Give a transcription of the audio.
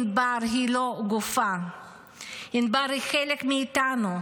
ענבר היא לא גופה, ענבר היא חלק מאיתנו,